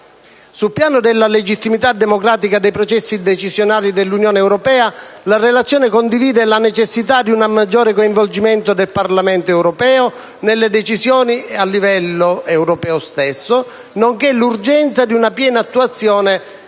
Sul piano della legittimità democratica dei processi decisionali dell'Unione europea, la relazione condivide la necessità di un maggiore coinvolgimento del Parlamento europeo nelle decisioni a livello europeo, nonché l'urgenza di una piena attuazione